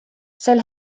sel